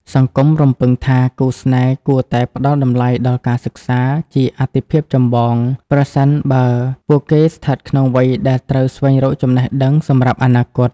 សង្គមរំពឹងថា គូស្នេហ៍គួរតែ "ផ្ដល់តម្លៃដល់ការសិក្សា" ជាអាទិភាពចម្បង ប្រសិនបើពួកគេស្ថិតក្នុងវ័យដែលត្រូវស្វែងរកចំណេះដឹងសម្រាប់អនាគត។